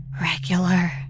regular